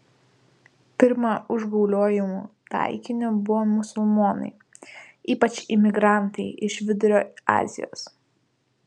pirma užgauliojimų taikiniu buvo musulmonai ypač imigrantai iš vidurio azijos